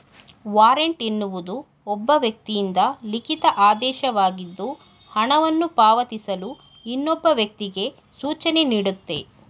warrant ಎನ್ನುವುದು ಒಬ್ಬ ವ್ಯಕ್ತಿಯಿಂದ ಲಿಖಿತ ಆದೇಶವಾಗಿದ್ದು ಹಣವನ್ನು ಪಾವತಿಸಲು ಇನ್ನೊಬ್ಬ ವ್ಯಕ್ತಿಗೆ ಸೂಚನೆನೀಡುತ್ತೆ